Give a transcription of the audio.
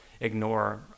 ignore